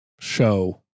Show